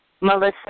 Melissa